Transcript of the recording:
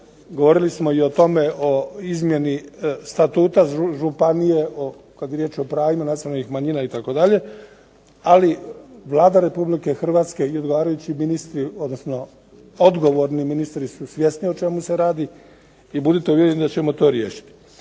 Govorili smo i o tome o izmjeni Statuta županije, kad je riječ o pravima nacionalnih manjina itd., ali Vlada RH i odgovarajući ministri, odnosno odgovorni ministri su svjesni o čemu se radi i budite uvjereni da ćemo to riješiti.